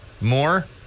more